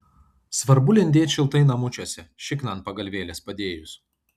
svarbu lindėt šiltai namučiuose šikną ant pagalvėlės padėjus